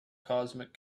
cosmic